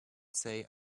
say